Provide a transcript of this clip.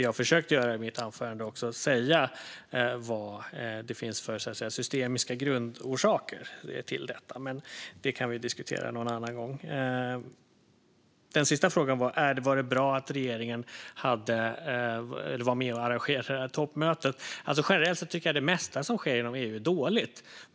Jag försökte också i mitt huvudanförande säga vad det finns för systemiska grundorsaker till det, men det kan vi diskutera en annan gång. Var det bra att regeringen var med och arrangerade det där toppmötet? Jag tycker generellt att det mesta som sker inom EU är dåligt.